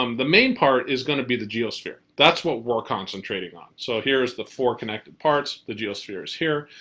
um the main part is going to be the geosphere. that's what we're concentrating on. so here's the four connected parts, the geosphere is here.